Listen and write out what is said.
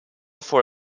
for